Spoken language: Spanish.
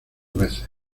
veces